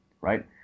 Right